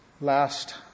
last